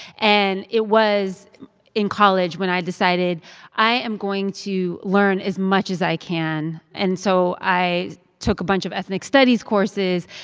and it was in college when i decided i am going to learn as much as i can. and so i took a bunch of ethnic studies courses,